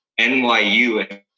NYU